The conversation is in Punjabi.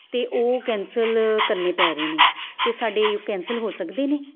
ਅਤੇ ਉਹ ਕੈਂਸਲ ਕਰਨੇ ਪੈ ਰਹੇ ਨੇ ਅਤੇ ਸਾਡੇ ਕੈਂਸਲ ਹੋ ਸਕਦੇ ਨੇ